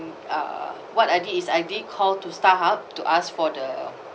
uh what I did is I did call to starhub to ask for the